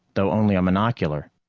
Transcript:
though only a monocular.